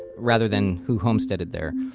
rather than who homestead it there.